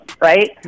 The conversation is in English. right